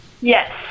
Yes